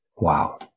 Wow